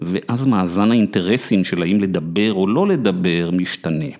ואז מאזן האינטרסים של האם לדבר או לא לדבר משתנה.